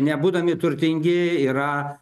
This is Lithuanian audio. nebūdami turtingi yra